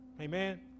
Amen